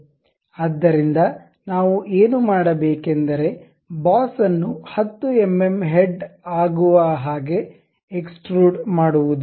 ಆದ್ದರಿಂದ ನಾವು ಏನು ಮಾಡಬೇಕೆಂದರೆ ಬಾಸ್ ಅನ್ನು 10 ಎಂಎಂ ಹೆಡ್ ಆಗುವ ಹಾಗೆ ಎಕ್ಸ್ಟ್ರುಡ್ ಮಾಡುವದು